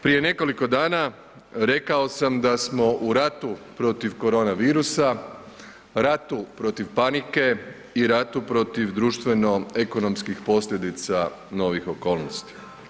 Prije nekoliko dana rekao sam da smo u ratu protiv korona virusa, ratu protiv panike i ratu protiv društveno ekonomskih posljedica novih okolnosti.